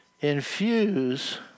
infuse